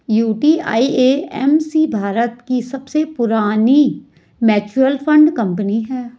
UTI AMC Bharat की सबसे पुरानी म्यूचुअल फंड कंपनी है